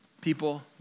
People